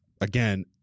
again